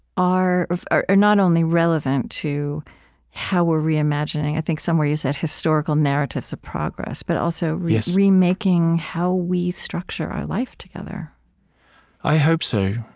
are are not only relevant to how we're reimagining i think somewhere you said, historical narratives of progress but also remaking how we structure our life together i hope so,